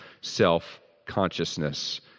self-consciousness